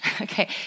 okay